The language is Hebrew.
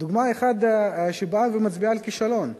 דוגמה אחת שבאה ומצביעה על כישלון.